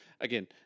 again